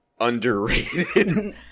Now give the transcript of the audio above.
underrated